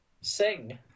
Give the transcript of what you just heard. sing